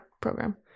program